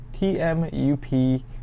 TMUP